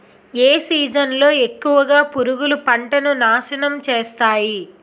ఏ season లో ఎక్కువుగా పురుగులు పంటను నాశనం చేస్తాయి?